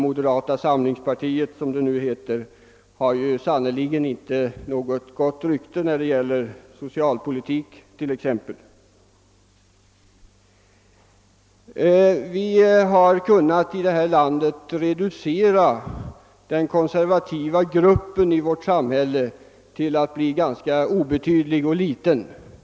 Moderata samlingspartiet har sannerligen inte något gott rykte när det gäller t.ex. socialpolitik. Vi har här i landet kunnat reducera den konservativa gruppen till att bli ganska obetydlig.